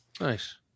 Nice